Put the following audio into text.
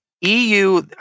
EU